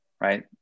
right